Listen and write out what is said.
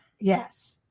Yes